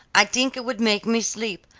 i think it would make me sleep.